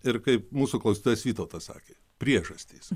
ir kaip mūsų klausytojas vytautas sakė priežastys